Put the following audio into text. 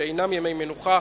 שאינם ימי מנוחה,